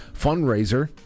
fundraiser